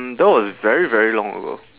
mm that was very very long ago